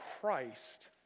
Christ